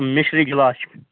مِشری glass چھِ